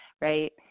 right